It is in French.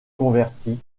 converti